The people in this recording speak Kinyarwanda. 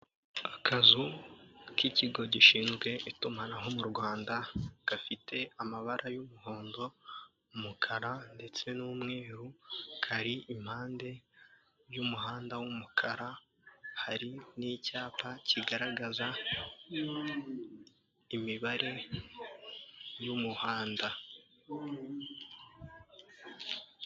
Akazu k'ikigo gishinzwe itumanaho mu Rwanda gafite amabara y'umuhondo ,umukara ndetse n'umweru kari impande y'umuhanda w'umukara ,hari n'icyapa kigaragaza imibare y'umuhanda.